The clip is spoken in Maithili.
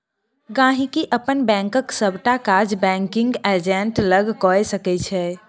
गांहिकी अपन बैंकक सबटा काज बैंकिग एजेंट लग कए सकै छै